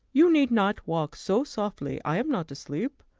you need not walk so softly i am not asleep.